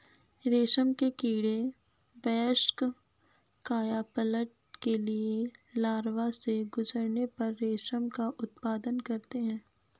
रेशम के कीड़े वयस्क कायापलट के लिए लार्वा से गुजरने पर रेशम का उत्पादन करते हैं